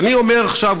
ואני אומר עכשיו,